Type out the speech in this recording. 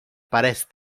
parece